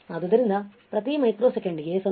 ಆದ್ದರಿಂದ ಪ್ರತಿ ಮೈಕ್ರೋಸೆಕೆಂಡ್ಗೆ 0